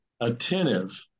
attentive